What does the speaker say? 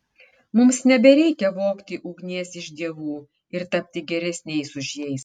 mums nebereikia vogti ugnies iš dievų ir tapti geresniais už jais